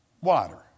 water